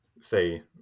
say